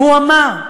והוא אמר,